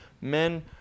men